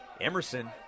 Emerson